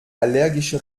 allergische